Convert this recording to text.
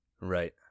Right